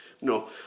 No